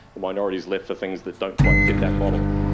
the minority is left for things that don't quite fit that model.